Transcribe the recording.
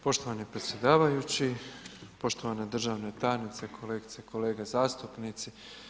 Poštovani predsjedavajući, poštovana državna tajnice, kolegice i kolege zastupnici.